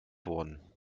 worden